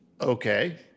Okay